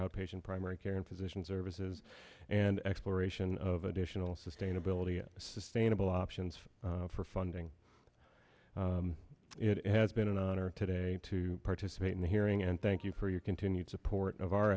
outpatient primary care and physicians ervice is an exploration of additional sustainability and sustainable options for funding it has been an honor today to participate in the hearing and thank you for your continued support of our